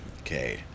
Okay